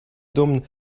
dummen